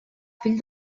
fill